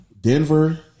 Denver